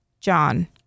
John